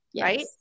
right